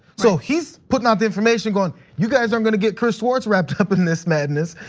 so he's putting out the information going, you guys aren't going to get chris schwartz wrapped up in this madness.